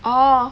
orh